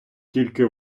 тільки